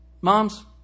moms